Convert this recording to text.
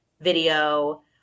video